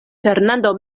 fernando